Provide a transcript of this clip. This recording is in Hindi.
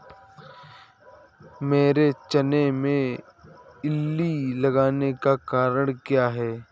मेरे चने में इल्ली लगने का कारण क्या है?